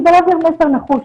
כי זה איזה מסר נחוש.